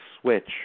switch